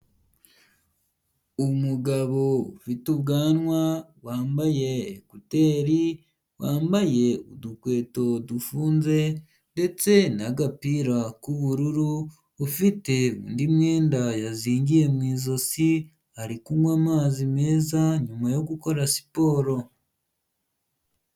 Umugabo ufite ubwanwa wambaye ekuteri, wambaye udukweto dufunze ndetse n'agapira k'ubururu ufite indi myenda yazingiye mu ijosi, ari kunywa amazi meza nyuma yo gukora siporo.